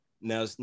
Now